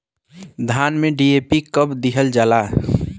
धान में डी.ए.पी कब दिहल जाला?